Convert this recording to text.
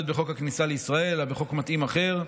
בחוק הכניסה לישראל אלא בחוק מתאים אחר,